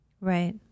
right